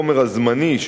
החומר הזמני,